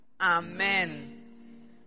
Amen